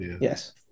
Yes